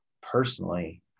personally